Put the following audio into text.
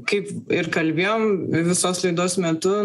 kaip ir kalbėjom visos laidos metu